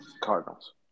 Cardinals